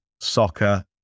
soccer